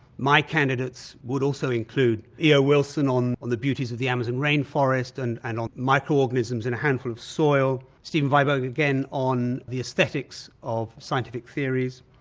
my candidates would also include eo wilson on on the beauties of the amazon rainforest and and on micro-organisms in a handful of soil, steven weinberg again on the aesthetics of scientific theories,